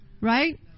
Right